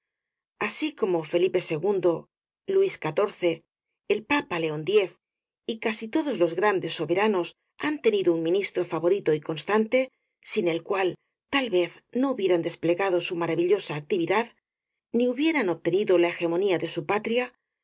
así como felipe ii luis xiv el papa león x y casi todos los grandes soberanos han tenido un ministro favorito y constante sin el cual tal vez no hubieran desplegado su maravillosa actividad ni hubieran obtenido la hegemonía para su patria